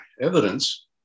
evidence